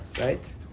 right